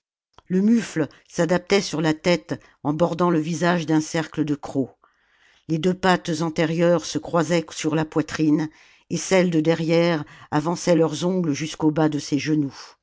le mufle s'adaptait sur la tête en bordant le visage d'un cercle de crocs les deux pattes antérieures se croisaient sur la poitrine et celles de derrière avançaient leurs ongles jusqu'au bas de ses genoux